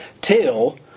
Till